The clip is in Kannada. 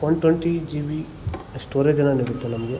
ಒನ್ ಟೊಂಟಿ ಜಿ ಬಿ ಸ್ಟೋರೇಜನ್ನು ನೀಡುತ್ತೆ ನಮಗೆ